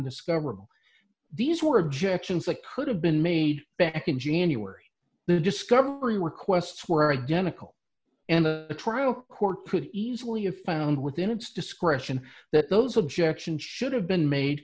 discoverable these were objections that could have been made back in january the discovery requests were identical and the court could easily of found within its discretion that those objections should have been made